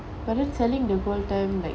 but then telling the whole time like